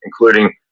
including